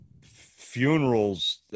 funerals